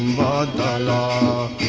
da da